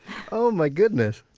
oh my goodness.